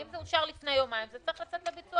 אם זה אושר לפני יומיים, זה צריך לצאת לביצוע.